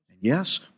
Yes